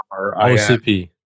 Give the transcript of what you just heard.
OCP